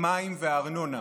המים והארנונה,